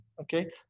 Okay